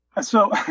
So-